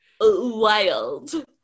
wild